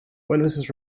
witnesses